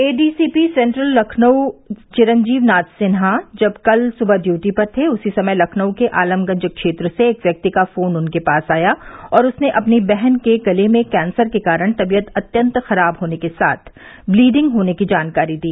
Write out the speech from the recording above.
ए D C P central Lucknow Chiranjeev Nath Sinha जब कल सुबह ड्यूटी पर थे उसी समय लखनऊ के आलमगंज क्षेत्र सें एक व्यक्ति का फोन उनके पास आया और उसने अपनी बहन के गले में कैंसर के कारण तबीयत अत्यंत खराब होने के साथ ब्लीडिंग होने की जानकारी दी